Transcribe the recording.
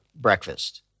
breakfast